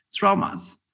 traumas